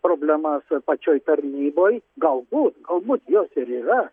problemas pačioj tarnyboj galbūt galbūt jos ir yra